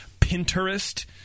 Pinterest